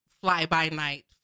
fly-by-night